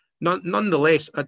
nonetheless